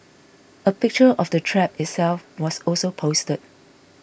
a picture of the trap itself was also posted